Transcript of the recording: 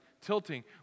tilting